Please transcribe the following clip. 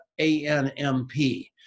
ANMP